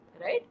right